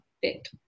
fit